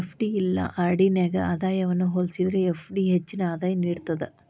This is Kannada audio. ಎಫ್.ಡಿ ಇಲ್ಲಾ ಆರ್.ಡಿ ನ್ಯಾಗ ಆದಾಯವನ್ನ ಹೋಲಿಸೇದ್ರ ಎಫ್.ಡಿ ಹೆಚ್ಚಿನ ಆದಾಯ ನೇಡ್ತದ